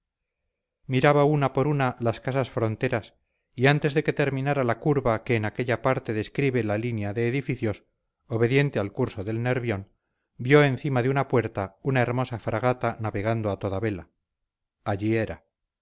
miraba una por una las casas fronteras y antes de que terminara la curva que en aquella parte describe la línea de edificios obediente al curso del nervión vio encima de una puerta una hermosa fragata navegando a toda vela allí era